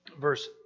verse